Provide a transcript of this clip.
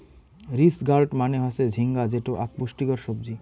ridge gourd মানে হসে ঝিঙ্গা যেটো আক পুষ্টিকর সবজি